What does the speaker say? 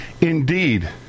indeed